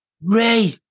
Ray